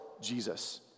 Jesus